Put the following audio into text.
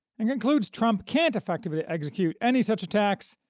and concludes trump can't effectively execute any such attacks,